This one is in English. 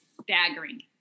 staggering